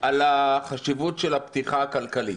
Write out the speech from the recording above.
על החשיבות של הפתיחה הכלכלית